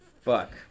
Fuck